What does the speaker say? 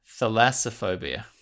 Thalassophobia